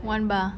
one bar